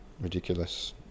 ridiculous